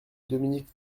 dominique